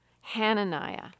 Hananiah